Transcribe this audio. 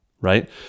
right